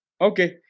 Okay